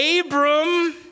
Abram